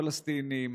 פלסטינים,